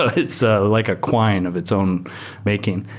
ah it's ah like a coin of its own making.